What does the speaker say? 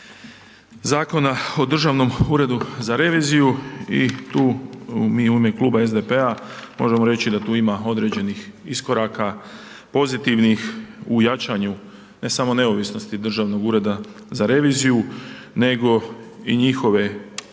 Zakona o Državnom uredu za reviziju i tu mi u ime kluba SDP-a možemo reći da tu ima određenih iskoraka, pozitivnih u jačanju ne samo neovisnosti Državnog ureda za reviziju nego i njihove